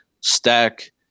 stack